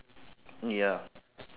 ya